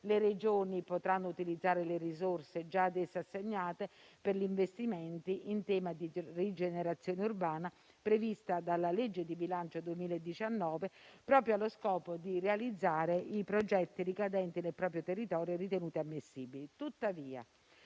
le Regioni potranno utilizzare le risorse già a esse assegnate per gli investimenti in tema di rigenerazione urbana, prevista dalla legge di bilancio 2019, proprio allo scopo di realizzare i progetti ricadenti nel proprio territorio ritenuti ammissibili. Tuttavia,